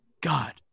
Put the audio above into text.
god